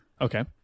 Okay